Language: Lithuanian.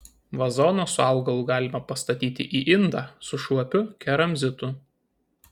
vazoną su augalu galima pastatyti į indą su šlapiu keramzitu